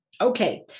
Okay